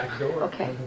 Okay